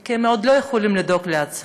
כי הם עוד לא יכולים לדאוג לעצמם,